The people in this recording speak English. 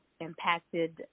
impacted